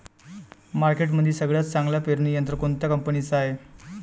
मार्केटमंदी सगळ्यात चांगलं पेरणी यंत्र कोनत्या कंपनीचं हाये?